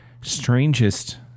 strangest